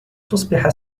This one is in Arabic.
تصبح